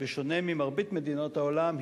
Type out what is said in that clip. בשונה ממרבית מדינות העולם,